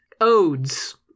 odes